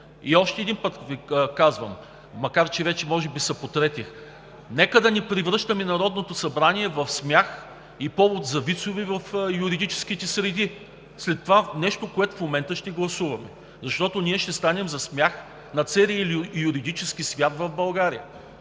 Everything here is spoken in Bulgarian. Още един път Ви казвам, макар че вече може би се потретих: нека да не правим Народното събрание за смях и повод за вицове в юридическите среди след това, което в момента ще гласуваме. Ще станем за смях на целия юридически свят в България!